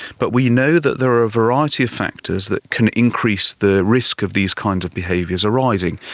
but we know that there are a variety of factors that can increase the risk of these kinds of behaviours rising,